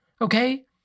okay